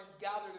gathered